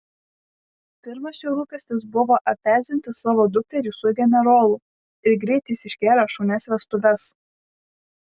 pirmas jo rūpestis buvo apvesdinti savo dukterį su generolu ir greit jis iškėlė šaunias vestuves